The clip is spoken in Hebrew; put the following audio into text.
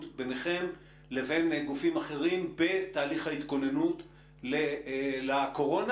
ביניכם לבין גופים אחרים בתהליך ההתכוננות לקורונה?